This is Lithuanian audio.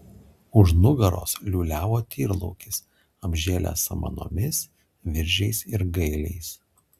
už nugaros liūliavo tyrlaukis apžėlęs samanomis viržiais ir gailiais